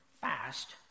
fast